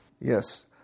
Yes